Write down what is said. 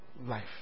life